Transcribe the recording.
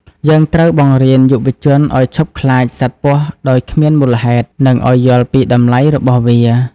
យើងត្រូវបង្រៀនយុវជនឱ្យឈប់ខ្លាចសត្វពស់ដោយគ្មានមូលហេតុ និងឱ្យយល់ពីតម្លៃរបស់វា។